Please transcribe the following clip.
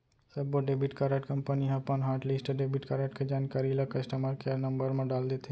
सब्बो debit card company ह अपन हॉटलिस्ट डेबिट कारड के जानकारी ल कस्टमर केयर नंबर म डाल देथे